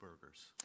burgers